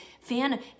fan